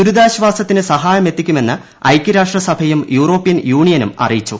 ദുരിതാശ്വാസത്തിന് സഹായം എത്തിക്കുമെന്ന് ഐക്യരാഷ്ട്രസഭയും യൂറോപ്യൻ യൂണിയനും അറിയിച്ചു